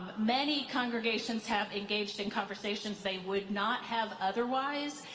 many congregations have engaged in conversations they would not have otherwise.